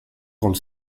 grande